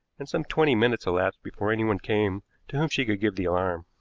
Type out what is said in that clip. and some twenty minutes elapsed before anyone came to whom she could give the alarm.